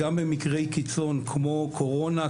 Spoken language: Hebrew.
גם במקרי קיצון כמו קורונה,